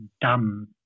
dumb